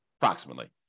approximately